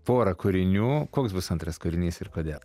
porą kūrinių koks bus antras kūrinys ir kodėl